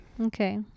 okay